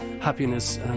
happiness